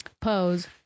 pose